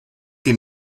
qui